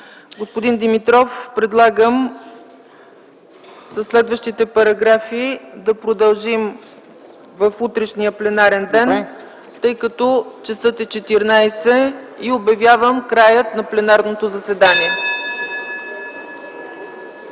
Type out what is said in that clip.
Господин Димитров, предлагам със следващите параграфи да продължим в утрешния пленарен ден, тъй като часът е 14,00 и обявявам края на пленарното заседание. (Звъни.)